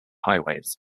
highways